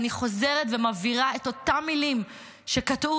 אני חוזרת ומבהירה את אותן מילים שקטעו